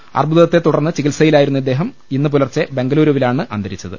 ് അർബുദത്തെ തുടർന്ന് ചികിത്സയിലായിരുന്ന അദ്ദേഹം ഇന്ന് പൂലർച്ചു ബംഗൂളൂരുവിലാണ് അന്തരിച്ചത്